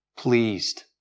pleased